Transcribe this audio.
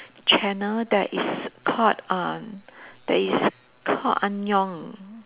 channel that is called um that is called annyeong